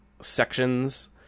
sections